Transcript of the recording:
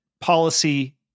policy